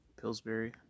Pillsbury